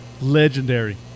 legendary